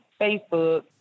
Facebook